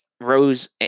Rose